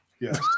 Yes